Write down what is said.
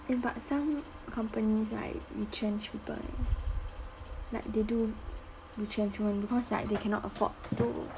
eh but some companies right they retrench people like they do retrenchment because like they cannot afford to